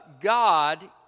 God